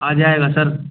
आ जाएगा सर